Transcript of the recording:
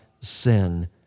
sin